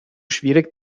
schwierig